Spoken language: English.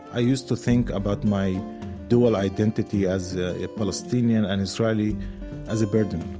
i used to think about my dual identity as a palestinian and israeli as a burden.